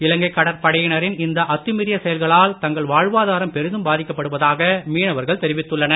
இலங்கை கடற்படையினரின் இந்த அத்துமீறிய செயல்களால் தங்கள் வாழ்வாதாரம் பெரிதும் பாதிக்கப்படுவதாக மீனவர்கள் தெரிவித்துள்ளனர்